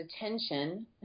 attention